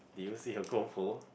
did you see a goal pole